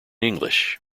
english